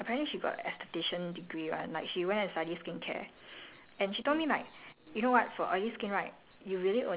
like this women right she was the shop assistant then she like apparently she got aesthetician degree [one] like she went to study skincare